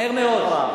מהר מאוד.